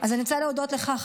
אז אני רוצה להודות לך,